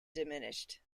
diminished